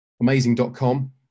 amazing.com